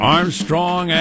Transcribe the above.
Armstrong